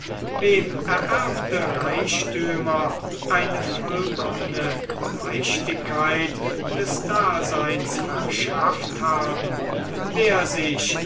wem ererbte reichtümer eine vollkommene leichtigkeit des daseins verschafft haben wer sich